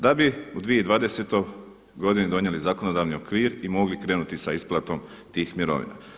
Da bi u 2020. godini donijeli zakonodavni okvir i mogli krenuti sa isplatom tih mirovina.